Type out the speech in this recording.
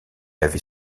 avait